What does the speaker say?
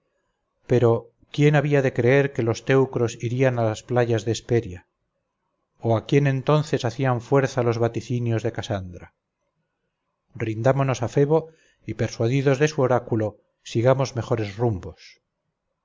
pero quién había de creer que los teucros irían a las playas de hesperia o a quién entonces hacían fuerza los vaticinios de casandra rindámonos a febo y persuadidos de su oráculo sigamos mejores rumbos